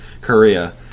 korea